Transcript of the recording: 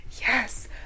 Yes